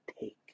take